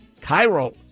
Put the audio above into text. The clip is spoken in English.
Cairo